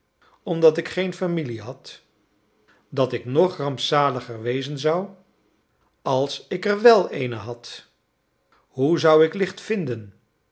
omdat ik geen familie had dat ik nog rampzaliger wezen zou als ik er wèl eene had hoe zou ik licht vinden